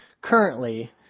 currently